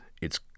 It's